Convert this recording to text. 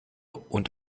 und